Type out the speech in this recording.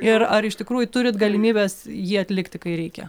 ir ar iš tikrųjų turit galimybes jį atlikti kai reikia